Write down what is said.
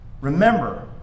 Remember